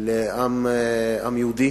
לעם היהודי,